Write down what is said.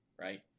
right